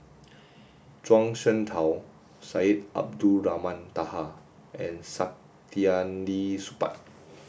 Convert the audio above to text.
Zhuang Shengtao Syed Abdulrahman Taha and Saktiandi Supaat